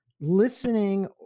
listening